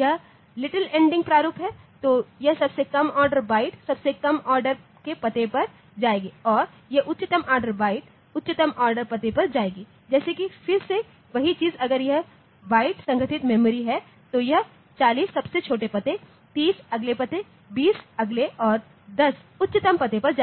यह little endian प्रारूप है तो यह सबसे कम ऑर्डर बाइट सबसे कम ऑर्डर के पते पर जाएगा और यह उच्चतम ऑर्डर बाइट उच्चतम ऑर्डर पते पर जाएगा जैसे कि फिर से वही चीज़ अगर यह बाइट संगठित मेमोरी है तो यह 40 सबसे छोटे पते 30 अगले पते 20 अगले और 10 उच्चतम पते पर जाएं